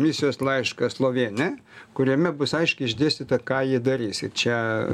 misijos laišką slovėnė kuriame bus aiškiai išdėstyta ką ji darys ir čia